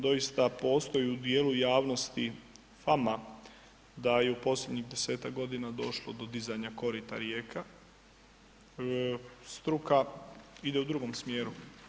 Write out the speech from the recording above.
Doista postoji u dijelu javnosti fama da je u posljednjih 10-tak godina došlo do dizanja korita rijeka, struka ide u drugom smjeru.